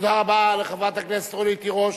תודה רבה לחברת הכנסת רונית תירוש.